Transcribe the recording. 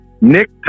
nick